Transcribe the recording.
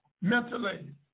mentally